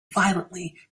violently